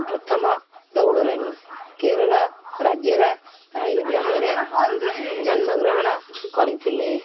ପ୍ରଥମ ଦୌଡ଼ରାଣୀ କେରଳ ରାଜ୍ୟର ଗ୍ରାମରେ ଜନ୍ମଗ୍ରହଣ କରିଥିଲେ